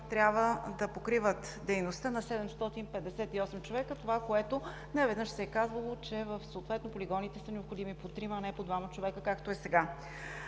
трябва да покриват дейността на 758 човека, като неведнъж се е казвало, че в съответните полигони са необходими по трима, а не по двама души, както е сега.